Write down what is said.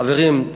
חברים,